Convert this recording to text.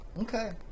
okay